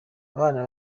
abana